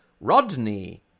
Rodney